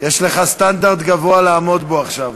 יש לך סטנדרט גבוה לעמוד בו עכשיו